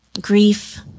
grief